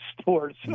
sports